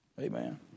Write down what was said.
Amen